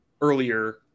earlier